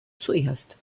zuerst